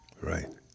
Right